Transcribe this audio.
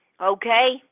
Okay